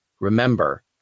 Remember